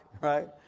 right